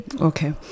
Okay